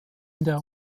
der